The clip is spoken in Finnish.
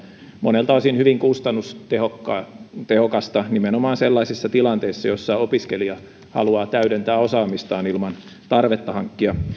monelta osin hyvin kustannustehokasta nimenomaan sellaisissa tilanteissa joissa opiskelija haluaa täydentää osaamistaan ilman tarvetta hankkia